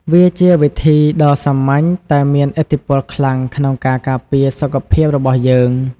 វាជាវិធីដ៏សាមញ្ញតែមានឥទ្ធិពលខ្លាំងក្នុងការការពារសុខភាពរបស់យើង។